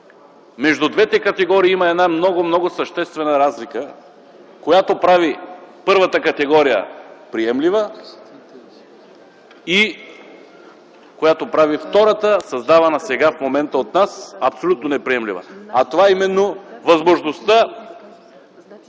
между двете категории има една много, много съществена разлика, която прави първата категория приемлива и която прави втората, създавана сега в момента от вас, абсолютно неприемлива. Това е именно възможността